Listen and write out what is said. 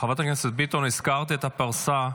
חברת הכנסת ביטון, הזכרת את הפרסה.